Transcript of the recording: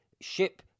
ship